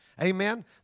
Amen